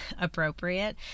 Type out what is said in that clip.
appropriate